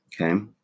okay